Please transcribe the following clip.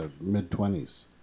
mid-twenties